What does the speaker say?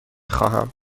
خواهم